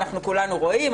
אנחנו כולנו רואים,